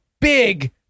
big